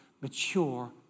mature